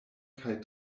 kaj